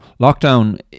lockdown